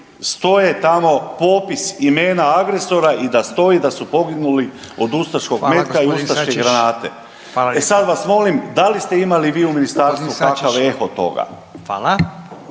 stoje tamo, popis imena agresora i da stoji i da su poginuli od ustaškog metka i ustaške granate? …/Upadica Radin: Hvala lijepa./… E sad vas molim, da li ste imali vi u ministarstvu kakav …